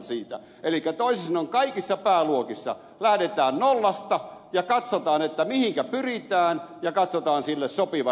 elikkä toisin sanoen kaikissa pääluokissa lähdetään nollasta ja katsotaan mihinkä pyritään ja katsotaan sille sopiva rahoitus